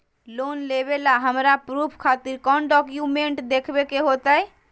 Loan लेबे ला हमरा प्रूफ खातिर कौन डॉक्यूमेंट देखबे के होतई?